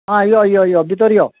आं यो यो यो भितोर यो